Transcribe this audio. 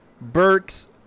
Burks